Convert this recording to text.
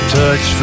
touch